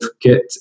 get